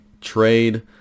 trade